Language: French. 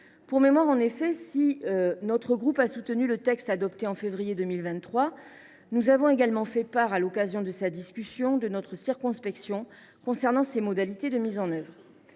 Pour mémoire, en effet, si notre groupe a soutenu le texte adopté en février 2023, nous avions également fait part, lors de son examen, de notre circonspection concernant les modalités de sa mise en œuvre.